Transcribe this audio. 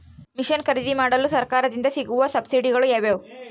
Mission ಖರೇದಿಮಾಡಲು ಸರಕಾರದಿಂದ ಸಿಗುವ ಸಬ್ಸಿಡಿಗಳು ಯಾವುವು?